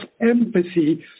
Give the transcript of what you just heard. empathy